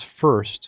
first